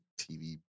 TV